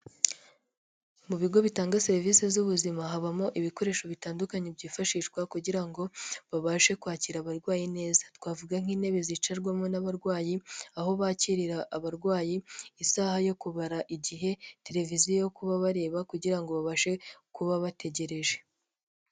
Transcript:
Mu bigo bitanga serivisi z'ubuzima, habamo ibikoresho bitandukanye byifashishwa kugira ngo babashe kwakira abarwaye neza, twavuga nk'intebe zicarwamo n'abarwayi, aho bakirira abarwayi, isaha yo kubara igihe, televiziyo yo kuba bareba kugira ngo babashe kuba bategereje.